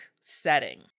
setting